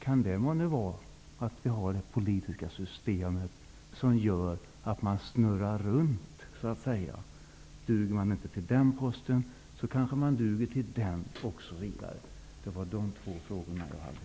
Kan det bero på ett politiskt system som gör att man så att säga snurrar runt? Duger man inte på den posten, kanske man duger på den andra, osv.